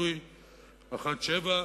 פ/905/17.